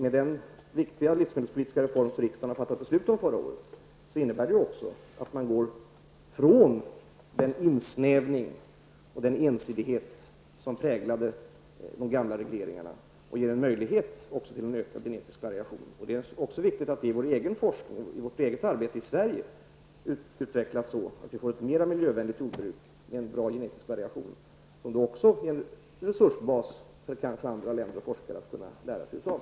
Den viktiga livsmedelspolitiska reform som riksdagen fattade beslut om förra året innebär också att man går från den insnävning och ensidighet som präglat de gamla regleringarna och ger möjligheter till en ökad genetisk variation. Det är viktigt att vi i vår egen forskning, vårt eget arbete i Sverige utvecklas så att vi får ett mer miljövänligt jordbruk och en bra genetisk variation, som också kan utgöra en resursbas för andra länder och forskare att lära sig av.